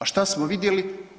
A šta smo vidjeli?